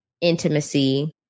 intimacy